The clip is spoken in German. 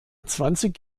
zwanzig